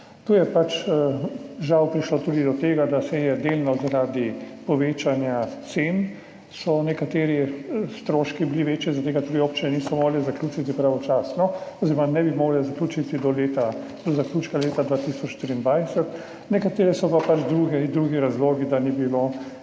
Tu je pač, žal, prišlo tudi do tega, da so bili delno zaradi povečanja cen nekateri stroški večji, zaradi tega tudi občine niso mogle zaključiti pravočasno oziroma ne bi mogle zaključiti do zaključka leta 2023. Za nekatere so pa pač drugi razlogi, da ni bilo